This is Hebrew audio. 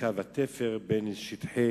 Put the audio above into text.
בקו התפר, בין שטחי